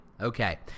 okay